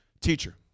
Teacher